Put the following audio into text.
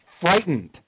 frightened